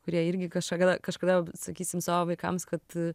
kurie irgi kažka kažkada sakysim savo vaikams kad